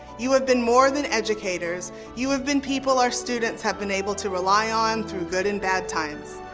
you have been more than educators. you have been people our students have been able to rely on through good and bad times.